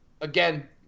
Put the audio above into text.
again